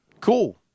cool